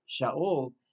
Sha'ul